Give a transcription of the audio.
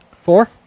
Four